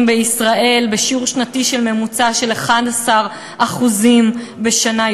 בישראל בשיעור שנתי ממוצע של 11% בשנה,